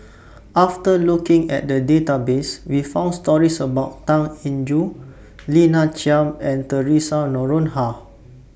after looking At The Database We found stories about Tan Eng Joo Lina Chiam and Theresa Noronha